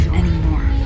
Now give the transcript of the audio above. anymore